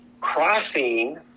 crossing